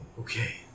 Okay